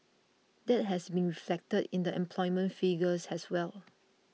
that has been reflected in the employment figures as well